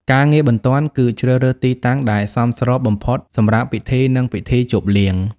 ការងារបន្ទាប់គឺ ជ្រើសរើសទីតាំង ដែលសមស្របបំផុតសម្រាប់ពិធី និងពិធីជប់លៀង។